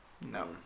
No